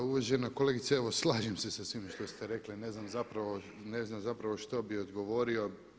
Uvažena kolegice evo slažem se sa svime što ste rekli, ne znam zapravo što bih odgovorio.